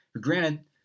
Granted